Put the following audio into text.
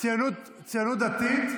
הציונות הדתית?